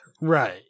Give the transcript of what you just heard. Right